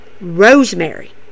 Rosemary